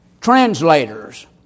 translators